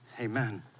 Amen